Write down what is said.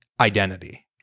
identity